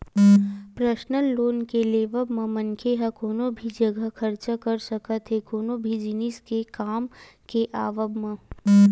personal loan के लेवब म मनखे ह कोनो भी जघा खरचा कर सकत हे कोनो भी जिनिस के काम के आवब म